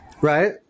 right